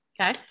Okay